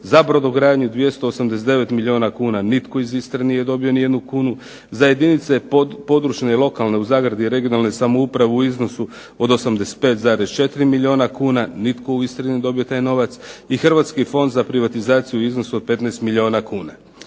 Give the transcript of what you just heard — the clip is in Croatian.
za brodogradnju 289 milijuna kuna nitko iz Istre nije dobio niti jednu kunu, za jedinice područne lokalne (regionalne) samouprave u iznosu od 85,4 milijuna kuna nitko u Istri nije dobio taj novac, i Hrvatski fond za privatizaciju u iznosu od 15 milijuna kuna.